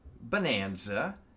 Bonanza